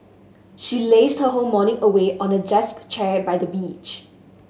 she lazed her whole morning away on a desk chair by the beach